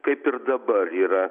kaip ir dabar yra